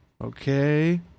Okay